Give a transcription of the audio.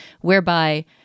whereby